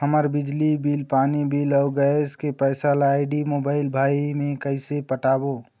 हमर बिजली बिल, पानी बिल, अऊ गैस के पैसा ला आईडी, मोबाइल, भाई मे कइसे पटाबो?